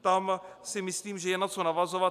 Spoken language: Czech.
Tam si myslím, že je na co navazovat.